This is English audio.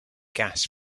gas